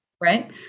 right